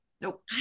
Nope